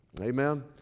Amen